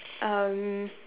um